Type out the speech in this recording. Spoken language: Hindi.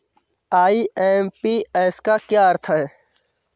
आई.एम.पी.एस का क्या अर्थ है?